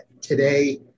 today